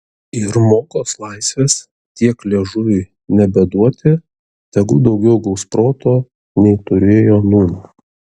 ir mokos laisvės tiek liežuviui nebeduoti tegu daugiau gaus proto nei turėjo nūn